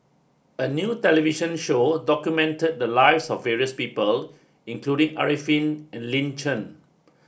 a new television show documented the lives of various people including Arifin and Lin Chen